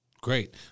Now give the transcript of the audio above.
Great